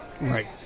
right